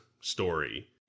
story